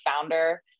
founder